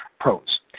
Pros